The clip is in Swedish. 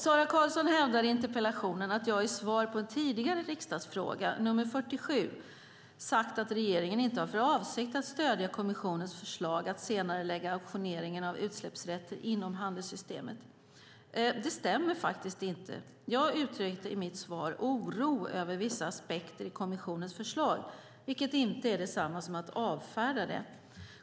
Sara Karlsson hävdar i interpellationen att jag i svar på en tidigare riksdagsfråga, nr 47, sagt att regeringen inte har för avsikt att stödja kommissionens förslag att senarelägga auktioneringen av utsläppsrätter inom handelssystemet. Det stämmer inte. Jag uttryckte i mitt svar oro över vissa aspekter i kommissionens förslag, vilket inte är detsamma som att avfärda det.